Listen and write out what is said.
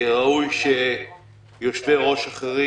ראוי שיושבי-ראש אחרים